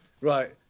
Right